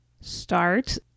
start